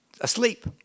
asleep